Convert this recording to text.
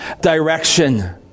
direction